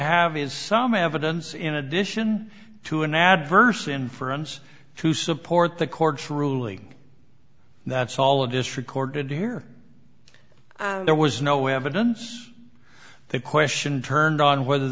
have is some evidence in addition to an adverse inference to support the court's ruling that's all of this recorded here there was no evidence the question turned on whether